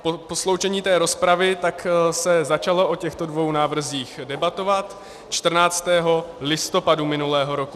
Po sloučení rozpravy se začalo o těchto dvou návrzích debatovat 14. listopadu minulého roku.